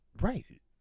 Right